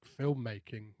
filmmaking